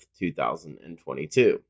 2022